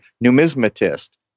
numismatist